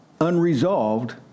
unresolved